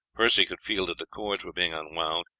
percy could feel that the cords were being unwound,